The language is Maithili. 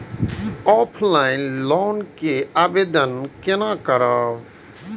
ऑफलाइन लोन के आवेदन केना करब?